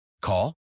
Call